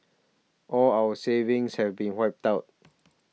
all our savings have been wiped out